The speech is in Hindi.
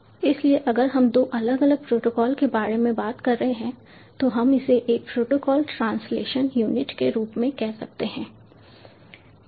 इसलिए अगर हम दो अलग अलग प्रोटोकॉल के बारे में बात कर रहे हैं तो हम इसे एक प्रोटोकॉल ट्रांसलेशन यूनिट के रूप में कह सकते हैं PTU